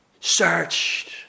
searched